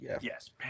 Yes